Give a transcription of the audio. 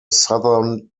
southern